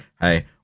hey